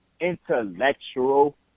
intellectual